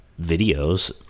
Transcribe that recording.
videos